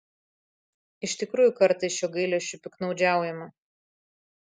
iš tikrųjų kartais šiuo gailesčiu piktnaudžiaujama